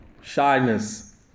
shyness